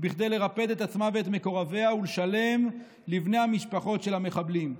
כדי לרפד את עצמה ואת מקורביה ולשלם לבני המשפחות של המחבלים.